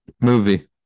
movie